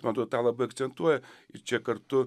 man atrodo tą labai akcentuoja ir čia kartu